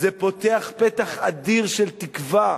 זה פותח פתח אדיר של תקווה,